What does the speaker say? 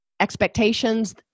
expectations